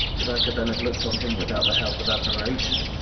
but i could then have look'd on him without the help of admiration,